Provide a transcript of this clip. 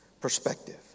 perspective